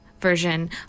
version